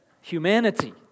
humanity